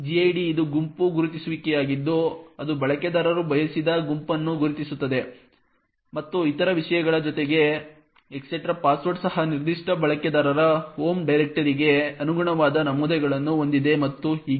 gid ಇದು ಗುಂಪು ಗುರುತಿಸುವಿಕೆಯಾಗಿದ್ದು ಅದು ಬಳಕೆದಾರರು ಬಯಸಿದ ಗುಂಪನ್ನು ಗುರುತಿಸುತ್ತದೆ ಮತ್ತು ಇತರ ವಿಷಯಗಳ ಜೊತೆಗೆ etcpassword ಸಹ ನಿರ್ದಿಷ್ಟ ಬಳಕೆದಾರರ ಹೋಮ್ ಡೈರೆಕ್ಟರಿಗೆ ಅನುಗುಣವಾದ ನಮೂದುಗಳನ್ನು ಹೊಂದಿದೆ ಮತ್ತು ಹೀಗೆ